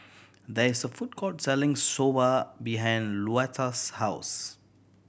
there is a food court selling Soba behind Luetta's house